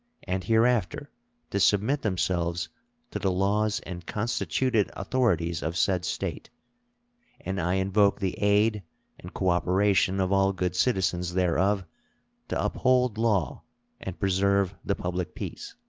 and hereafter to submit themselves to the laws and constituted authorities of said state and i invoke the aid and cooperation of all good citizens thereof to uphold law and preserve the public peace.